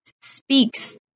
speaks